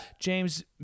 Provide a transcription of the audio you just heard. james